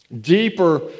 Deeper